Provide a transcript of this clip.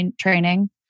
training